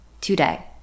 today